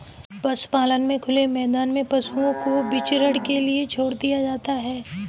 पशुपालन में खुले मैदान में पशुओं को विचरण के लिए छोड़ दिया जाता है